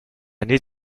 need